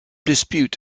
dispute